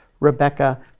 Rebecca